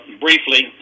briefly